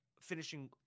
finishing